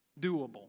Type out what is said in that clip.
doable